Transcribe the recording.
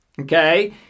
Okay